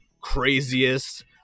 craziest